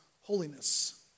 holiness